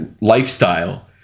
lifestyle